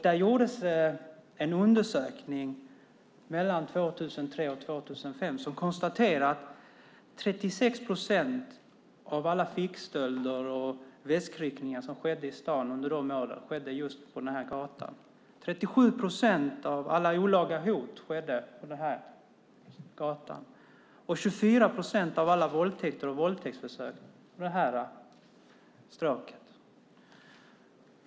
Det gjordes en undersökning mellan 2003 och 2005 där det konstaterades att 36 procent av alla fickstölder och väskryckningar, 37 procent av alla olaga hot och 24 procent av alla våldtäkter och våldtäktsförsök skedde på Stråket.